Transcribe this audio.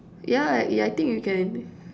yeah ya I think you can